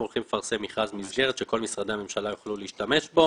אנחנו הולכים לפרסם מכרז מסגרת שכל משרדי הממשלה יוכלו להשתמש בו.